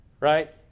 right